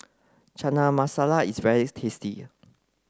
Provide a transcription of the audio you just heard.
Chana Masala is very tasty